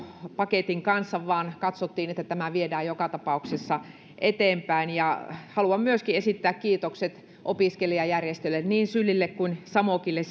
paketin kanssa vaan katsottiin että tämä viedään joka tapauksessa eteenpäin haluan myöskin esittää kiitokset opiskelijajärjestöille niin sylille kuin samokille